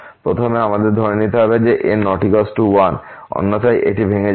প্রথমে আমাদের ধরে নিতে হবে যে n1 অন্যথায় এটি ভেঙ্গে যাবে